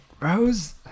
Rose